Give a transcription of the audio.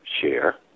share